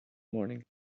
morning